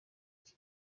iki